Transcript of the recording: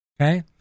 okay